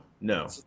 no